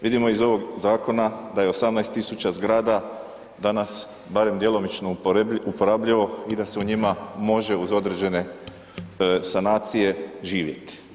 Vidimo iz ovog zakona da je 18.000 zgrada danas barem djelomično uporabljivo i da se u njima može uz određene sanacije živjeti.